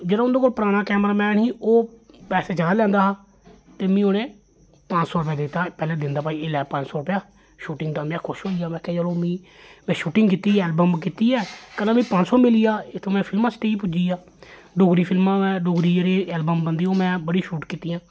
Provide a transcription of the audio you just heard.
ते जेह्ड़ा उं'दे कोल पराना कैमरा मैन ही ओह् पैसे ज्यादा लैंदा हा ते मिगी उ'नें पंज सौ रपेआ दित्ता पैह्लें दिन दा भाई एह् लै पंज सौ रपेआ शूटिंग दा में खुश होई गेआ में आखेआ चलो मी में शूटिंग कीती ऐ एल्वम कीती ऐ कन्नै मिगी पज सौ मिली गेआ इक में फिल्म इंडस्ट्री पुज्जी गेआ डोगरी फिल्मां जा डोगरी एल्बम होंदी ओह् में बड़ी शूट कीतियां